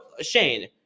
Shane